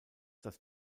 das